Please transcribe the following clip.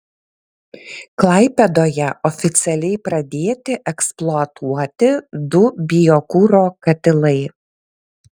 klaipėdoje oficialiai pradėti eksploatuoti du biokuro katilai